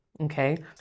okay